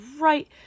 right